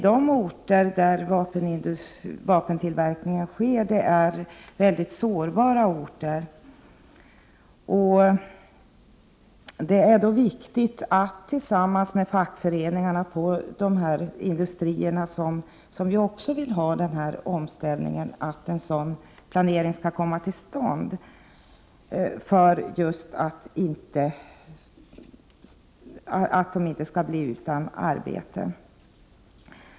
De orter där vapentillverkning sker är mycket sårbara. Inom de industrier där vi vill att en sådan omställning skall komma till stånd är det viktigt att det görs en planering tillsammans med fackföreningarna, så att industrin inte blir utan arbete.